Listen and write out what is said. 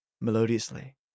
melodiously